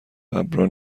ﺑﺒﺮﺍﻥ